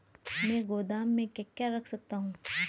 मैं गोदाम में क्या क्या रख सकता हूँ?